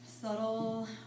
subtle